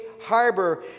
harbor